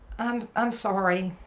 and i'm sorry.